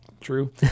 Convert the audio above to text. true